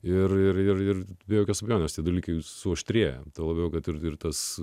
ir ir dvi jokios ganosi dulkių suaštrėja tuo labiau kad ir tvirtas